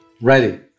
Ready